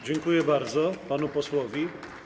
Dziękuję bardzo panu posłowi.